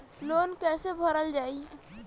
Loan कैसे भरल जाइ?